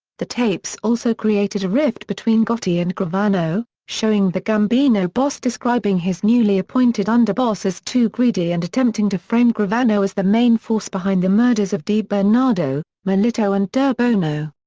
the tapes also created a rift between gotti and gravano, showing the gambino boss describing his newly appointed underboss as too greedy and attempting to frame gravano as the main force behind the murders of dibernardo, milito and dibono.